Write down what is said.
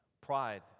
Pride